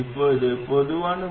மற்றும் அது விரும்பத்தகாதது